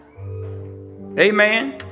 Amen